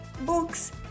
books